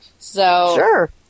Sure